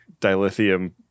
dilithium